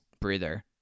breather